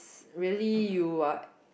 really you are